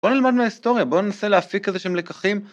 בוא נלמד מההיסטוריה בוא ננסה להפיק איזה שהם לקחים.